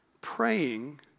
praying